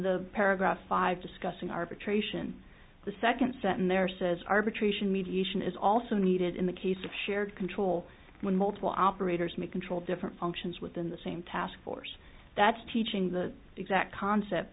the paragraph five discussing arbitration the second set and there says arbitration mediation is also needed in the case of shared control when multiple operators may control different functions within the same task force that's teaching the exact concept